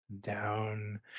Down